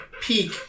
peak